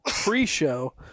pre-show